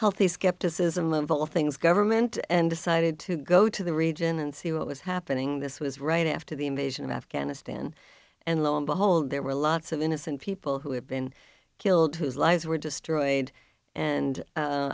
healthy skepticism of all things government and decided to go to the region and see what was happening this was right after the invasion of afghanistan and lo and behold there were lots of innocent people who had been killed whose lives were destroyed and